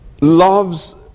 loves